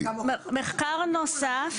מחקר נוסף.